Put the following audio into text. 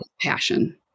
passion